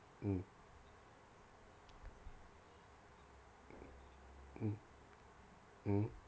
mm mm mm